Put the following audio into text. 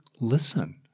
listen